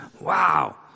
Wow